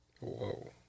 Whoa